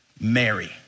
Mary